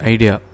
Idea